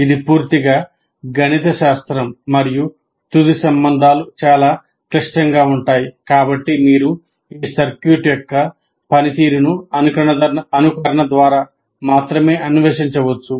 ఇది పూర్తిగా గణితశాస్త్రం మరియు తుది సంబంధాలు చాలా క్లిష్టంగా ఉంటాయి కాబట్టి మీరు ఈ సర్క్యూట్ యొక్క ఈ పనితీరును అనుకరణ ద్వారా మాత్రమే అన్వేషించవచ్చు